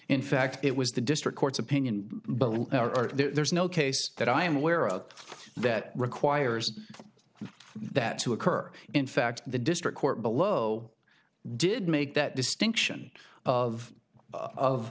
in fact it was the district court's opinion but there's no case that i am aware of that requires that to occur in fact the district court below did make that distinction of